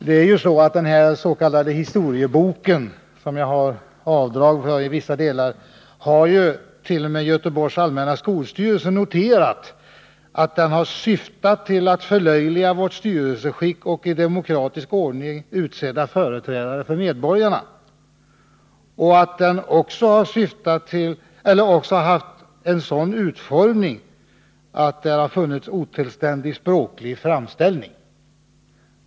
Beträffande den här s.k. ”Historieboken” — jag har avdrag av vissa delar av den — har ju t.ex. Göteborgs allmänna skolstyrelse noterat att den används i syfte ”att förlöjliga vårt styrelseskick och i demokratisk ordning utsedda företrädare för medborgarna” och att den har en sådan utformning att man kan tala om otillständig språklig framställning.